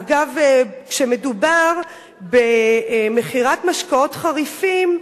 אגב, כשמדובר במכירת משקאות חריפים,